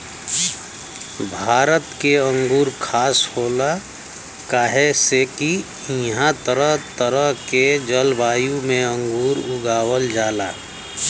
भारत के अंगूर खास होला काहे से की इहां तरह तरह के जलवायु में अंगूर उगावल जाला